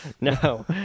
No